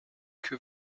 que